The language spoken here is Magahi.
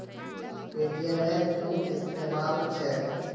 पेटीएमेर कुन इस्तमाल छेक